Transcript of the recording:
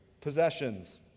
possessions